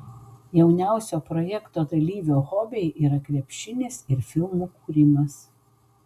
jauniausio projekto dalyvio hobiai yra krepšinis ir filmų kūrimas